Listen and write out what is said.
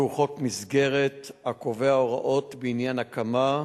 שהוא חוק מסגרת הקובע הוראות בעניין הקמה,